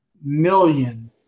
million